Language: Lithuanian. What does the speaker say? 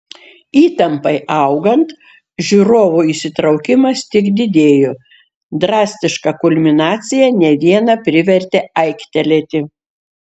įtampai augant žiūrovų įsitraukimas tik didėjo drastiška kulminacija ne vieną privertė aiktelėti